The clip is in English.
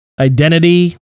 identity